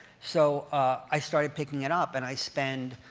so i started picking it up. and i spend,